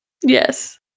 yes